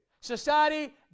Society